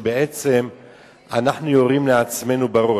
שבעצם אנחנו יורים לעצמנו בראש.